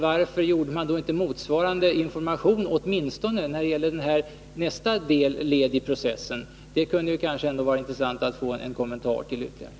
Varför gavs inte motsvarande information när det gällde nästa led i processen? Det kunde vara intressant att få ytterligare en kommentar till det.